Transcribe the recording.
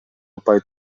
упай